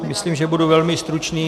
Myslím, že budu velmi stručný.